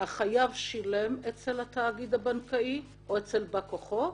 החייב שילם אצל התאגיד הבנקאי או אצל בא-כוחו,